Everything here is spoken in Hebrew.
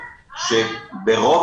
תראי,